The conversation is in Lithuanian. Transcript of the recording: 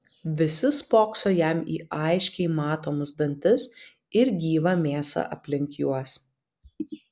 visi spokso jam į aiškiai matomus dantis ir gyvą mėsą aplink juos